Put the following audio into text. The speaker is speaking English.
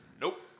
Nope